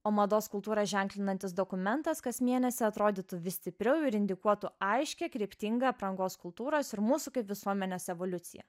o mados kultūrą ženklinantis dokumentas kas mėnesį atrodytų vis stipriau ir indikuotų aiškią kryptingą aprangos kultūros ir mūsų kaip visuomenės evoliuciją